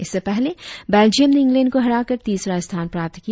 इससे पहले बेल्जियम ने इंग्लैंड को हराकर तीसरा स्थान प्राप्त किया